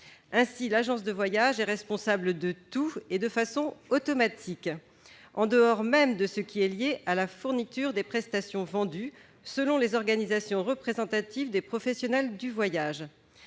Ainsi, l'agent de voyages est responsable de tout, de façon automatique, en dehors même de ce qui est lié à la fourniture des prestations vendues, selon les organisations représentatives des professionnels du voyage.